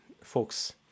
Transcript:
folks